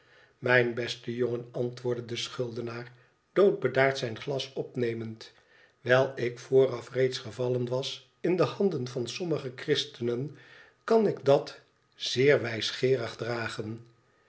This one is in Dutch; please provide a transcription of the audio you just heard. mijn beste jongen antwoordde de schuldenaar doodbedaard zijn glas opnemend wijl ik vooraf reeds gevallen was in de handen van sommige christenen kan ik dat zeer wijsgeerig dragen